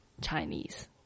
Chinese